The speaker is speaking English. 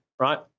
right